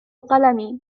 قلمي